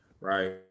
right